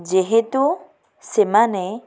ଯେହେତୁ ସେମାନେ